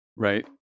Right